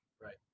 Right